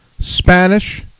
Spanish